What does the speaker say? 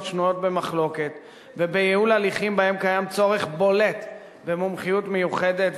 שנויות במחלוקת ובייעול הליכים שבהם יש צורך בולט במומחיות מיוחדת,